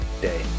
day